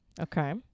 Okay